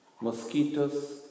mosquitoes